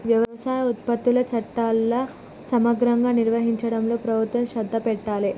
వ్యవసాయ ఉత్పత్తుల చట్టాలు సమగ్రంగా నిర్వహించడంలో ప్రభుత్వం శ్రద్ధ పెట్టాలె